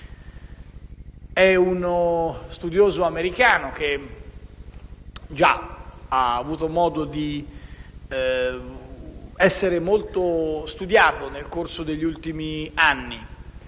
È uno studioso americano che già ha avuto modo di essere molto analizzato nel corso degli ultimi anni.